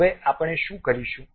હવે આપણે શું કરીશું